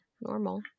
normal